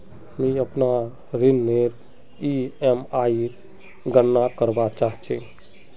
मि अपनार ऋणनेर ईएमआईर गणना करवा चहा छी